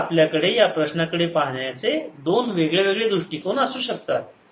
तर आपल्याकडे या प्रश्नाकडे पाहण्याचे दोन वेगवेगळे दृष्टिकोन असू शकतात